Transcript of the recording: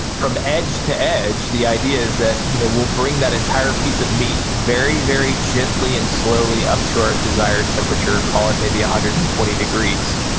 from edge to edge, the ideas that you know will bring that entire piece of meat very, very gently and slowly up to our desired temperature, call it maybe one ah hundred and twenty degrees.